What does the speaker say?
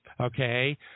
okay